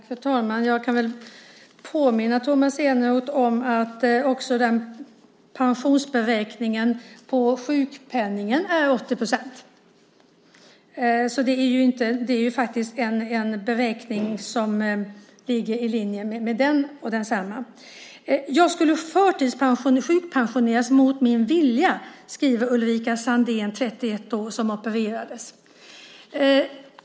Fru talman! Jag kan väl påminna Tomas Eneroth om att också pensionsberäkningen vad gäller sjukpenningen är 80 %, så det är faktiskt fråga om en beräkning som ligger i linje med denna. Jag skulle sjukpensioneras mot min vilja, skriver Ulrika Sandén, 31 år, som opererats.